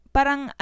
Parang